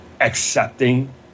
accepting